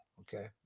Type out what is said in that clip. okay